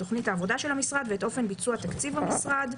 את תוכנית העבודה של המשרד ואת אופן ביצוע תקציב המשרד.